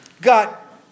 got